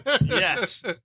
Yes